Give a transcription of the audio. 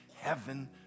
heaven